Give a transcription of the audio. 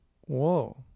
Whoa